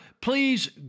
please